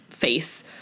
Face